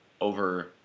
over